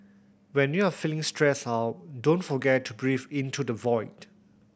when you have feeling stressed out don't forget to breathe into the void